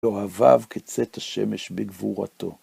אוהביו כצאת השמש בגבורתו.